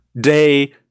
day